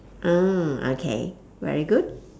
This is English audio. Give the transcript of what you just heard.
mm okay very good